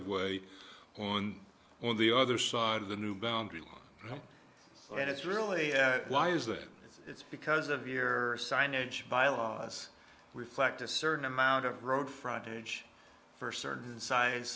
of way one or the other side of the new boundary and it's really why is that it's because of your signage byelaws reflect a certain amount of road frontage for certain size